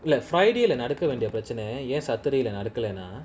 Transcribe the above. like friday நடக்கவேண்டியபிரச்னைஏன்:nadaka vendia pracha yen and saturday lah நடக்கலைனா:nadakalana